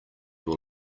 will